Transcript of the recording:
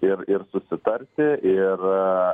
ir ir susitarti ir